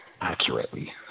Accurately